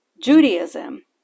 Judaism